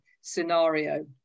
scenario